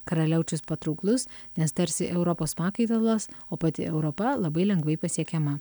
karaliaučius patrauklus nes tarsi europos pakaitalas o pati europa labai lengvai pasiekiama